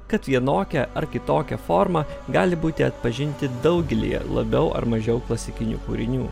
kad vienokia ar kitokia forma gali būti atpažinti daugelyje labiau ar mažiau klasikinių kūrinių